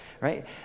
right